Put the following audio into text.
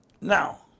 Now